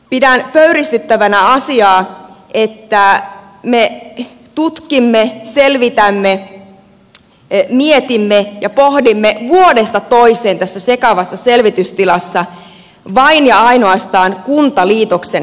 pidän pöyristyttävänä asiaa että me tutkimme selvitämme mietimme ja pohdimme vuodesta toiseen tässä sekavassa selvitystilassa vain ja ainoastaan kuntaliitoksen rakenteita